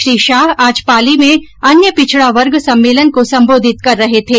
श्री शाह आज पाली में अन्य पिछडा वर्ग सम्मेलन को संबोधित कर रहे थे